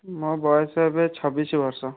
ମୋ ବୟସ ଏବେ ଛବିଶବର୍ଷ